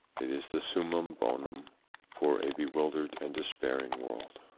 it is the summum bonum for a bewildered and despairing world.